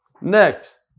next